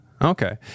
Okay